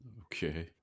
Okay